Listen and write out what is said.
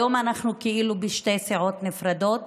היום אנחנו כאילו בשתי סיעות נפרדות,